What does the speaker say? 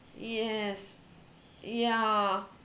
yes ya